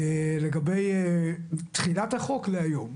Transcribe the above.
לגבי תחילת החוק להיום.